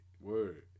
Word